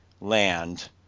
land